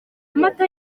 amata